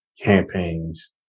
campaigns